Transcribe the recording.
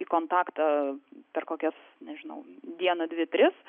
į kontaktą per kokias nežinau dieną dvi tris